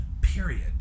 period